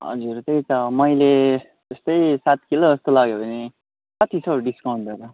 हजुर त्यही त मैले त्यस्तै सात किलो जस्तो लग्यो भने कति छ हौ डिस्काउन्ट गरेर